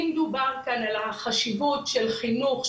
אם דובר כאן על החשיבות של חינוך,